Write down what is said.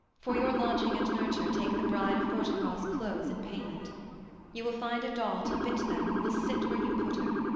for your lodging and nurture take the bride of fortingall's clothes in payment you will find a doll to fit them who will sit where you put her.